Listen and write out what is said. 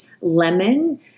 lemon